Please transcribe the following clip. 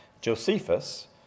Josephus